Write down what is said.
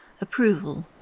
approval